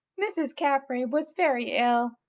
mrs. carfry was very ill,